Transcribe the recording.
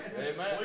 Amen